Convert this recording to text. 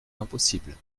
impossible